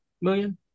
million